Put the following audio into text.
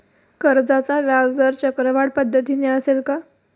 कर्जाचा व्याजदर चक्रवाढ पद्धतीने असेल का?